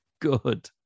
good